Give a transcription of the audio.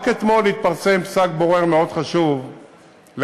רק אתמול התפרסם פסק בורר מאוד חשוב לגבי